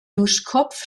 duschkopf